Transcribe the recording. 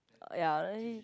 uh ya